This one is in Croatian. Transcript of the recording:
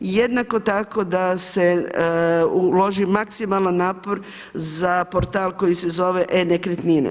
Jednako tako da se uloži maksimalna napor za portal koji se zove e.nekretnine.